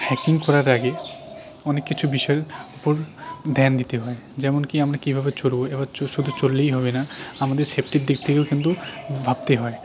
hiking করার আগে অনেক কিছু বিষয়ের ওপর ধ্যান দিতে হয় যেমনকি আমরা কীভাবে চলবো এবার শুধু চললেই হবে না আমাদের সেফ্টির দিক থেকেও কিন্তু ভাবতে হয়